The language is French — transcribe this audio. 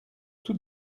tout